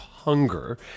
hunger